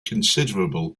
considerable